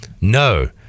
No